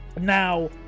now